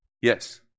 Yes